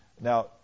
Now